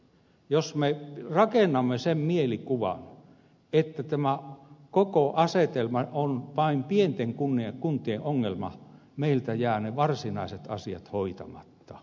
jos me rakennamme sen mielikuvan että tämä koko asetelma on vain pienten kuntien ongelma meiltä jäävät ne varsinaiset asiat hoitamatta